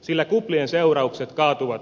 sillä kuplien seuraukset kaatuvat useimmiten heidän niskoilleen